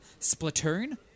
Splatoon